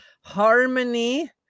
harmony